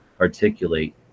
articulate